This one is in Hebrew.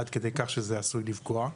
עד כדי כך שזה עשוי לפגוע.